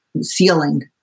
ceiling